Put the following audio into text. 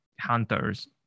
Hunters